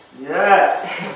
Yes